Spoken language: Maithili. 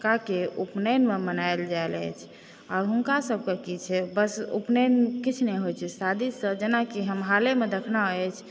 लड़काकेँ उपनयनमे मनायल जाइत अछि आओर हुनका सभके की छै बस उपनयन किछु नहि होइ छै शादीसँ जेनाकि हम हालेमे देखलहुँ अछि